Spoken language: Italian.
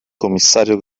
commissario